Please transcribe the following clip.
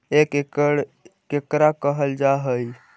एक एकड़ केकरा कहल जा हइ?